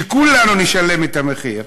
שכולנו נשלם את המחיר,